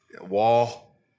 wall